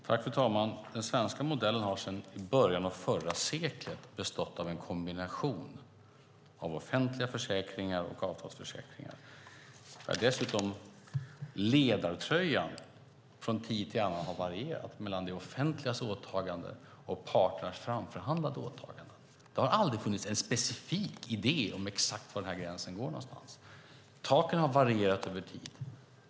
Fru talman! Den svenska modellen har sedan början av förra seklet bestått av en kombination av offentliga försäkringar och avtalsförsäkringar. Ledartröjan har dessutom från tid till annan varierat mellan det offentligas åtaganden och parternas framförhandlade åtaganden. Det har aldrig funnits en specifik idé om exakt var den gränsen går. Taken har varierat över tid.